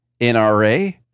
NRA